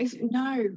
no